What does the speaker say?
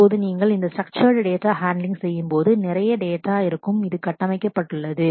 இப்போது நீங்கள் இந்த ஸ்ட்ரக்சடு டேட்டா ஹண்ட்லிங் handling செய்யும்போது நிறைய டேட்டா இருக்கும் இது கட்டமைக்கப்பட்டுள்ளது